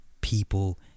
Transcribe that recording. people